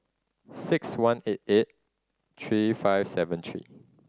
six one eight eight three five seven three